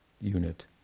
unit